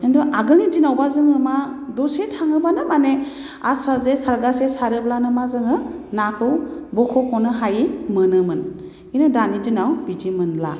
खिन्थु आगोलनि दिनावबा जोङो मा दसे थाङोबानो माने आस्रा जे सारगासे सारोब्लानो मा जोङो नाखौ बख'ख'नो हायि मोनोमोन खिन्थु दानि दिनाव बिदि मोनला